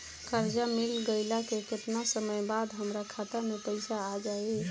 कर्जा मिल गईला के केतना समय बाद हमरा खाता मे पैसा आ जायी?